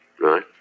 right